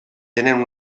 tenen